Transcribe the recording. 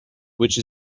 which